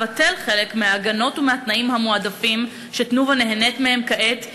לבטל חלק מההגנות ומהתנאים המועדפים ש"תנובה" נהנית מהם כעת,